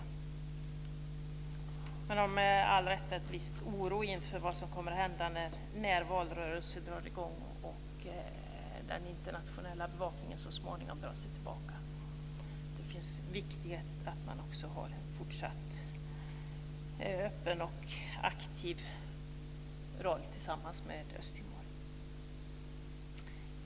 De känner med all rätta en viss oro inför vad som kommer hända när valrörelsen drar i gång och den internationella bevakningen så småningom drar sig tillbaka. Det är viktigt att man också har en fortsatt öppen och aktiv roll tillsammans med Östtimor.